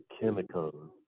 chemicals